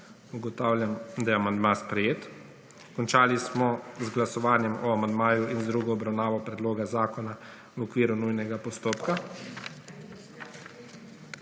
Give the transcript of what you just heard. Ugotavljam, da amandma ni sprejet. Končali smo z glasovanjem o amandmaju in z drugo obravnavo predloga zakona v okviru skrajšanega postopka.